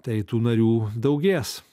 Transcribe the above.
tai tų narių daugės